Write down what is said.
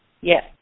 Yes